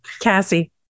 Cassie